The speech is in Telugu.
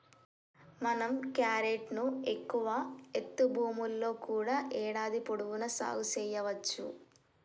మనం క్యారెట్ ను ఎక్కువ ఎత్తు భూముల్లో కూడా ఏడాది పొడవునా సాగు సెయ్యవచ్చు